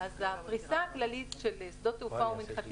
הפריסה הכללית של שדות תעופה ומנחתים